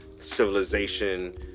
civilization